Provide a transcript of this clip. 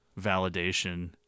validation